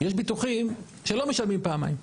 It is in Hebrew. יש ביטוחים שלא משלמים פעמיים,